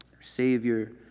Savior